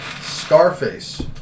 Scarface